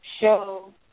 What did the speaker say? show